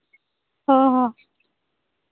ᱦᱚᱸ ᱦᱚᱸ